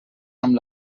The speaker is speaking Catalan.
amb